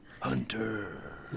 Hunter